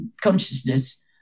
consciousness